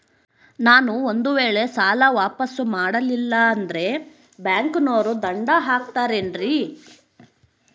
ನಾನು ಒಂದು ವೇಳೆ ಸಾಲ ವಾಪಾಸ್ಸು ಮಾಡಲಿಲ್ಲಂದ್ರೆ ಬ್ಯಾಂಕನೋರು ದಂಡ ಹಾಕತ್ತಾರೇನ್ರಿ?